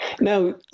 Now